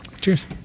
Cheers